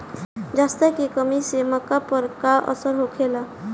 जस्ता के कमी से मक्का पर का असर होखेला?